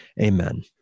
Amen